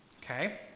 Okay